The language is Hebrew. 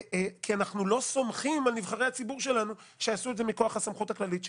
כי אנחנו לא סומכים שנבחרי הציבור יעשו את זה מכוח הסמכות הכללית שלהם,